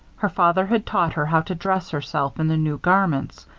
her father had taught her how to dress herself in the new garments.